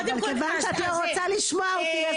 אבל כיוון שאת לא רוצה לשמוע אותי אז